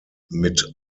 mit